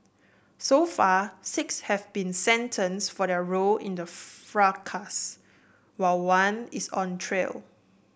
so far six have been sentenced for their role in the fracas while one is on trial